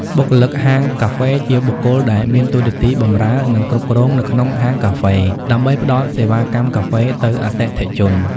បុគ្គលិកហាងកាហ្វេ ជាបុគ្គលដែលមានតួនាទីបម្រើ និងគ្រប់គ្រងនៅក្នុងហាងកាហ្វេ ដើម្បីផ្ដល់សេវាកម្មកាហ្វេទៅអតិថិជន។